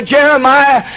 Jeremiah